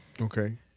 Okay